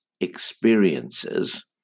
experiences